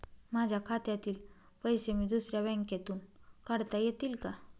माझ्या खात्यातील पैसे मी दुसऱ्या बँकेतून काढता येतील का?